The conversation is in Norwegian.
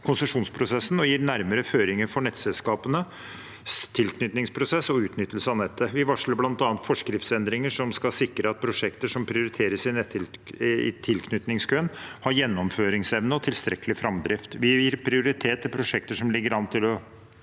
og gir nærmere føringer for nettselskapenes tilknytningsprosess og utnyttelse av nettet. Vi varsler bl.a. forskriftsendringer som skal sikre at prosjekter som prioriteres i tilknytningskøen, har gjennomføringsevne og tilstrekkelig framdrift. Vi gir prioritet til prosjekter som ligger an til å